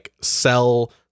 sell